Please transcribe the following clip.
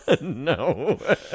No